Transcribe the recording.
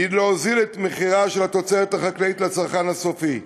היא להוזיל את התוצרת החקלאית לצרכן הסופי,